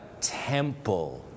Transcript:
temple